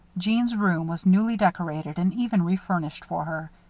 jeanne's room was newly decorated and even refurnished for her.